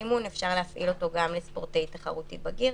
לאימון אפשר להפעיל גם לספורטאי תחרותי בגיר,